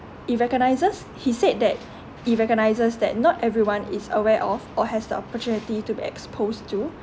it recognises he said that he recognises that not everyone is aware of or has the opportunity to be exposed to